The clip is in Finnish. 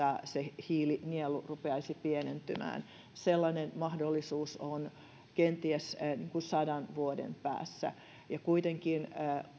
se hiilinielu rupeaisi pienentymään sellainen mahdollisuus on kenties sadan vuoden päässä ja kuitenkin